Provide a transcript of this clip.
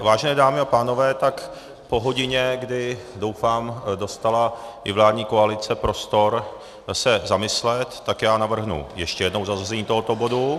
Vážené dámy a pánové, tak po hodině, kdy, doufám, dostala i vládní koalice prostor se zamyslet, tak navrhnu ještě jednou zařazení tohoto bodu.